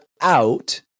out